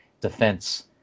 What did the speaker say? defense